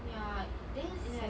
ya then like